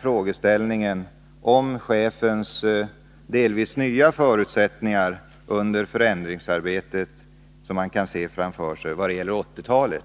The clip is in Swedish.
frågeställningen om chefens delvis nya förutsättningar i det förändringsarbete som man kan se framför sig under 1980-talet.